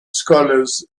scholars